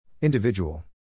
Individual